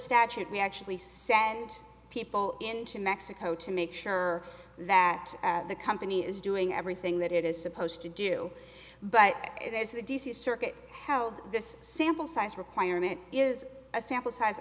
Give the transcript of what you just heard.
statute we actually send people into mexico to make sure that the company is doing everything that it is supposed to do but there's the d c circuit held this sample size requirement is a sample size